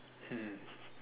mm